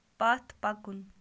پتہٕ پکُن